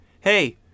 Hey